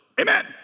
amen